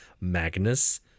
Magnus